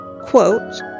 Quote